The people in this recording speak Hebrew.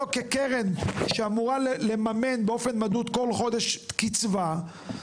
כקרן שאמורה לממן באופן מדוד כל חודש קצבה.